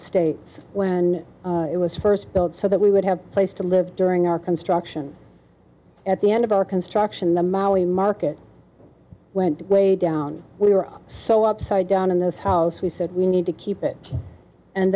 stage when it was first built so that we would have a place to live during our construction at the end of our construction the molly market went way down we were so upside down in this house we said we need to keep it and